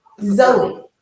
Zoe